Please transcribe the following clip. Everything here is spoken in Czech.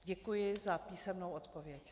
Děkuji za písemnou odpověď.